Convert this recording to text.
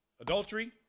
adultery